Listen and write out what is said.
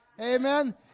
Amen